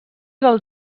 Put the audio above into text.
del